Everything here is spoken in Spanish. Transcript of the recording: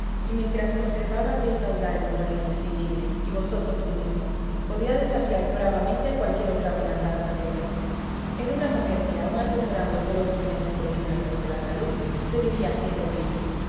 y mientras conservara aquel caudal de humor inextinguible y gozoso optimismo podía desafiar bravamente cualquier otra bienandanza terrena era una mujer que aun atesorando todos los bienes de fortuna y los de la salud seguiría siendo feliz